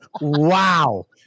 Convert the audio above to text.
Wow